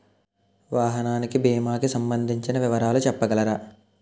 వాహనానికి భీమా కి సంబందించిన వివరాలు చెప్పగలరా?